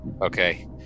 okay